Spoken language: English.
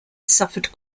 suffered